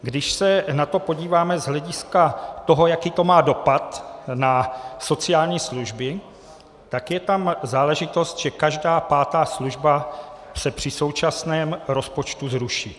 Když se na to podíváme z hlediska toho, jaký to má dopad na sociální služby, tak je tam záležitost, že každá pátá služba se při současném rozpočtu zruší.